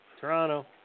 Toronto